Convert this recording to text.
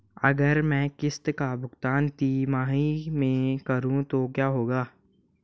अगर मैं किश्त का भुगतान तिमाही में करूं तो क्या होगा?